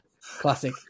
Classic